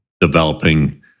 developing